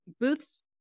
booths